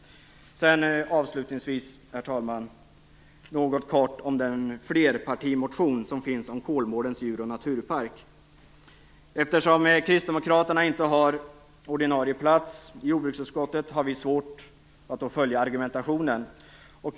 Avslutningsvis, herr talman, några ord om flerpartimotionen om Kolmårdens djur och naturpark. Eftersom vi kristdemokrater inte har en ordinarie plats i jordbruksutskottet har vi svårt att följa argumentationen.